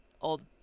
old